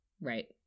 Right